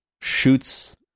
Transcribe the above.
shoots